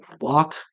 walk